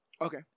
Okay